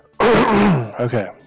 Okay